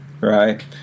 right